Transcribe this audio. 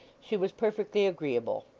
she was perfectly agreeable.